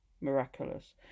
miraculous